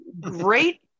great